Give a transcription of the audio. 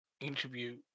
interview